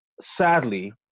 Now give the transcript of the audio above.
sadly